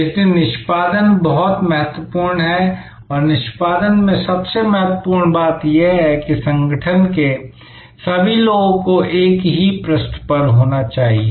इसलिए निष्पादन बहुत महत्वपूर्ण है और निष्पादन में सबसे महत्वपूर्ण बात यह है कि संगठन के सभी लोगों को एक ही पृष्ठ पर होना चाहिए